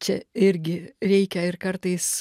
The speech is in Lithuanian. čia irgi reikia ir kartais